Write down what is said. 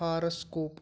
horoscope